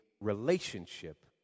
relationship